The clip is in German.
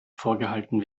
vorgehalten